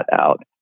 out